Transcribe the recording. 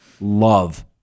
love